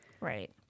Right